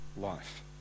life